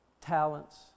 talents